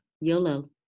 YOLO